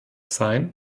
sein